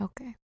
Okay